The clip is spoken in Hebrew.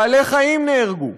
בעלי חיים נהרגו,